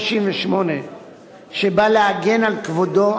ברוח העקרונות שבהכרזה על הקמת מדינת ישראל".